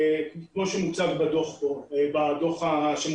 כמו שמוצג בדוח לפניכם.